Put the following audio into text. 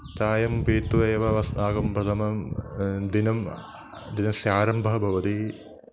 चायं पीत्वा एव अस्माकं प्रथमं दिनस्य दिनस्य आरम्भः भवति